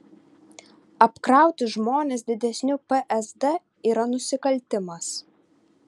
apkrauti žmones didesniu psd yra nusikaltimas